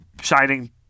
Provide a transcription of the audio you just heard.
Shining